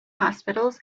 hospitals